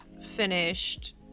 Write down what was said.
finished